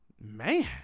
man